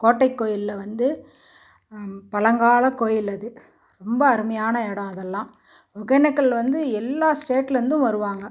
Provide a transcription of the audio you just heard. கோட்டைக் கோயிலில் வந்து பழங்கால கோயில் அது ரொம்ப அருமையான இடம் அதெல்லாம் ஒகேனக்கல் வந்து எல்லா ஸ்டேட்லேருந்தும் வருவாங்க